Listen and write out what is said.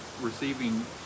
receiving